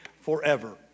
forever